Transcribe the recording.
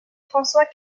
françois